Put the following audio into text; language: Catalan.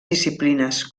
disciplines